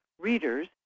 readers